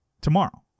tomorrow